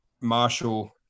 Marshall